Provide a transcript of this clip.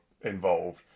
involved